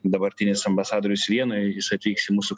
dabartinis ambasadorius vienoje jis atvyks į mūsų